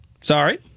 Sorry